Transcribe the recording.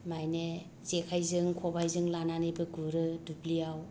माने जेखाइजों खबाइजोंबो लानानैबो गुरो दुब्लिआव